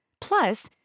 Plus